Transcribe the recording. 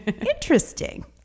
Interesting